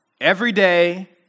everyday